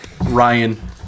Ryan